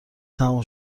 تموم